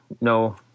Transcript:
no